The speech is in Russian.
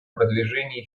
продвижении